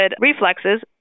reflexes